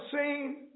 seen